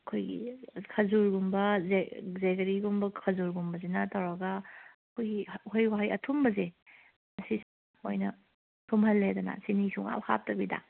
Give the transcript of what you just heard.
ꯑꯩꯈꯣꯏꯒꯤ ꯈꯖꯨꯔꯒꯨꯝꯕ ꯒꯦꯒꯔꯤꯒꯨꯝꯕ ꯈꯖꯨꯔꯒꯨꯝꯕꯁꯤꯅ ꯇꯧꯔꯒ ꯑꯩꯈꯣꯏꯒꯤ ꯎꯍꯩ ꯋꯥꯍꯩ ꯑꯊꯨꯝꯕꯁꯦ ꯁꯤ ꯑꯣꯏꯅ ꯊꯨꯝꯍꯜꯂꯦꯗꯅ ꯆꯤꯅꯤ ꯁꯨꯡꯍꯥꯞ ꯍꯥꯞꯇꯕꯤꯗ